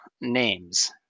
names